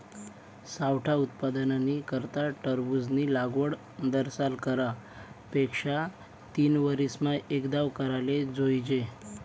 सावठा उत्पादननी करता टरबूजनी लागवड दरसाल करा पेक्षा तीनवरीसमा एकदाव कराले जोइजे